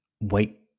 wait